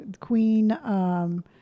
Queen